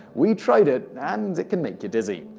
we tried it, and it can make dizzy.